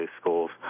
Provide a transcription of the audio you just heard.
schools